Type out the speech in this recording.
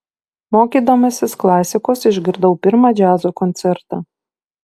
mokydamasis klasikos išgirdau pirmą džiazo koncertą